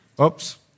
Oops